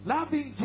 Loving